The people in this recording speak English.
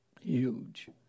huge